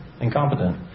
incompetent